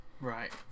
Right